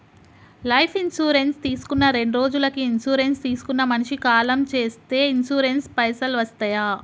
Life insurance తీసుకున్న రెండ్రోజులకి insurance తీసుకున్న మనిషి కాలం చేస్తే ఇన్సూరెన్స్ పైసల్ వస్తయా?